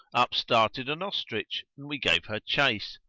up started an ostrich and we gave her chase,